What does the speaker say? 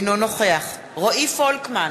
אינו נוכח רועי פולקמן,